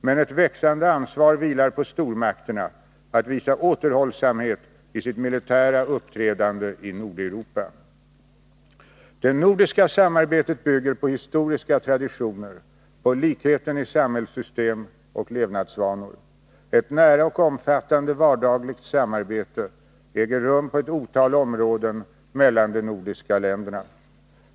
Men ett växande ansvar vilar på stormakterna att visa återhållsamhet i sitt militära uppträdande i Nordeuropa. Det nordiska samarbetet bygger på historiska traditioner, på likheten i samhällssystem och levnadsvanor. Ett nära och omfattande vardagligt samarbete äger rum på ett otal områden mellan de nordiska länderna.